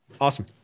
Awesome